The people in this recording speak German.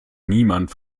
niemand